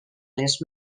les